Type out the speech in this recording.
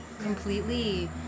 completely